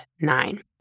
nine